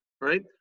right